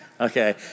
okay